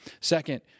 Second